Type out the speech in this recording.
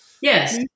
yes